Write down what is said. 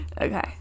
Okay